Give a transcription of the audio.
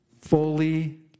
fully